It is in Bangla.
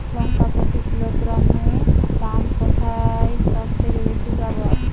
লঙ্কা প্রতি কিলোগ্রামে দাম কোথায় সব থেকে বেশি পাব?